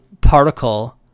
particle